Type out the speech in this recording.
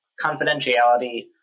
confidentiality